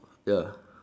ya